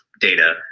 data